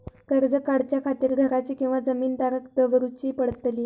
कर्ज काढच्या खातीर घराची किंवा जमीन तारण दवरूची पडतली?